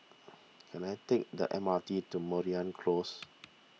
can I take the M R T to Mariam Close